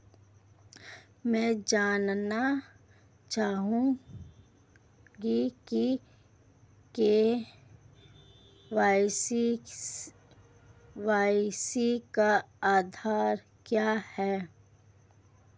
मैं जानना चाहूंगा कि के.वाई.सी का अर्थ क्या है?